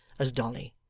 as dolly!